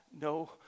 no